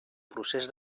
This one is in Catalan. procés